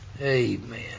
Amen